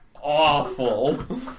awful